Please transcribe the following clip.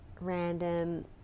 random